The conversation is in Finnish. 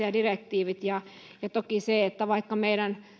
ja direktiivit ovat asioita säädettäessä ja toki vaikka meidän